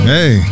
Hey